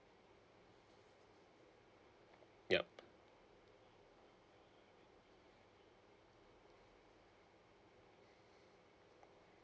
yup